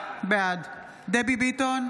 בעד דבי ביטון,